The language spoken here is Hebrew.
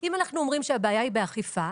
אם אנחנו אומרים שהבעיה היא באכיפה,